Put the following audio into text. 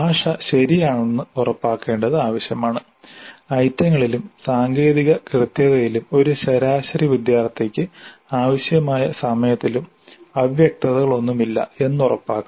ഭാഷ ശരിയാണെന്ന് ഉറപ്പാക്കേണ്ടത് ആവശ്യമാണ് ഐറ്റങ്ങളിലും സാങ്കേതിക കൃത്യതയിലും ഒരു ശരാശരി വിദ്യാർത്ഥിക്ക് ആവശ്യമായ സമയത്തിലും അവ്യക്തതകളൊന്നുമില്ല എന്നുറപ്പാക്കണം